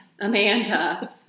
Amanda